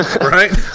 Right